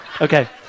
Okay